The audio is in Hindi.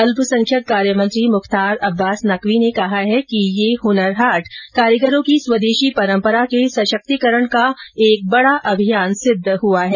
अल्पसंख्यक कार्य मंत्री मुख्तार अब्बास नकवी ने कहा है कि ये हनर हाट कारीगरों की स्वदेशी परंपरा के सशक्तीकरण का एक बड़ा अभियान सिद्ध हुआ है